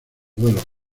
duelos